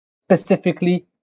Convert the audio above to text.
specifically